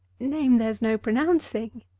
name there's no pro nouncing!